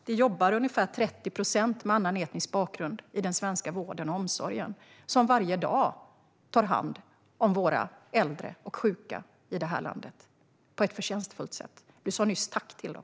Det jobbar ungefär 30 procent med annan etnisk bakgrund i den svenska vården och omsorgen, som varje dag tar hand om våra äldre och sjuka i det här landet på ett förtjänstfullt sätt. Du sa nyss tack till dem.